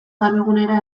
garbigunera